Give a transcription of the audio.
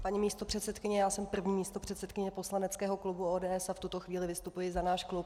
Paní místopředsedkyně, já jsem první místopředsedkyně poslaneckého klubu ODS a v tuto chvíli vystupuji za náš klub.